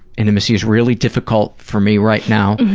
intimacy is really difficult for me right now,